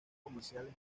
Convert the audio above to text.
comerciales